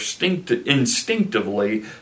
instinctively